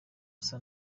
asa